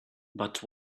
but